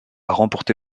remporté